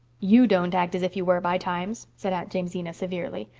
you don't act as if you were by times, said aunt jamesina severely.